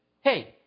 hey